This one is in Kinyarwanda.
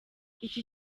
iki